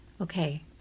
okay